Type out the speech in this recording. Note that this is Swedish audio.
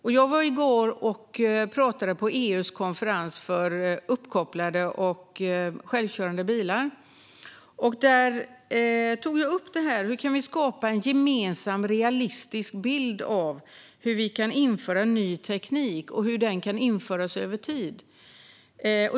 I går talade jag på EU:s konferens om uppkopplade och självkörande bilar och tog då upp frågan om hur vi kan skapa en gemensam, realistisk bild av hur vi kan införa ny teknik och hur den kan införas över tid.